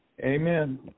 Amen